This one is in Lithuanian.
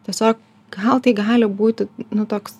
tiesiog gal tai gali būti nu toks